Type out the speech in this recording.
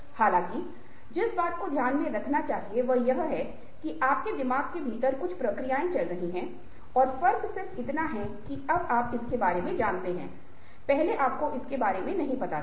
हालाँकि जिस बात को ध्यान में रखा जाना चाहिए वह यह है कि आपके दिमाग के भीतर कुछ प्रक्रियाएँ चल रही थीं और फर्क सिर्फ इतना है कि अब आप इसके बारे में जानते हैं पहले आपको इसके बारे में जानकारी नहीं थी